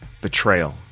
betrayal